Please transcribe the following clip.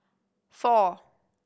four